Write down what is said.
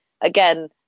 again